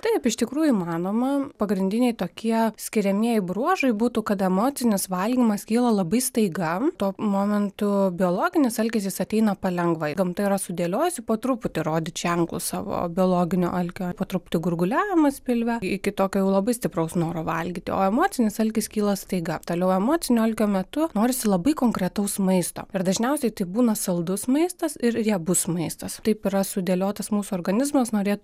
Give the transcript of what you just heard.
taip iš tikrųjų įmanoma pagrindiniai tokie skiriamieji bruožai būtų kad emocinis valgymas kyla labai staiga tuo momentu biologinis alkis jis ateina palengva gamta yra sudėliojusi po truputį rodyt ženklus savo biologinio alkio po truputį gurguliavimas pilve iki tokio labai stipraus noro valgyti o emocinis alkis kyla staiga toliau emocinio alkio metu norisi labai konkretaus maisto ir dažniausiai tai būna saldus maistas ir riebus maistas taip yra sudėliotas mūsų organizmas norėt